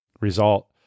result